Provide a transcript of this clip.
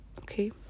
okay